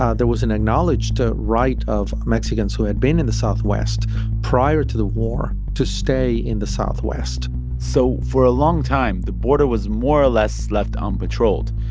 ah there was an acknowledged right of mexicans who had been in the southwest prior to the war to stay in the southwest so for a long time, the border was more or less left unpatrolled.